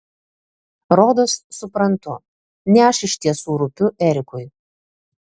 rodos suprantu ne aš iš tiesų rūpiu erikui